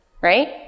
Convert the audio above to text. right